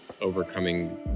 overcoming